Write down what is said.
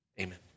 Amen